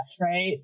Right